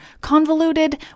Convoluted